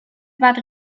bat